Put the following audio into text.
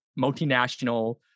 multinational